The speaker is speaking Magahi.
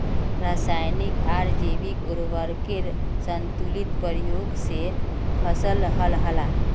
राशयानिक आर जैविक उर्वरकेर संतुलित प्रयोग से फसल लहलहा